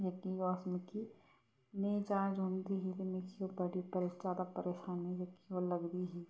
मिगी मिकी नेईं जांच होंदी ही ते मिगी ओह् बड़ी ज्यादा परोशानी जेह्की ओह् लगदी ही